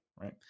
right